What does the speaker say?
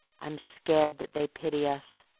i'm scared that they pity us.